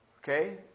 Okay